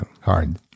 hard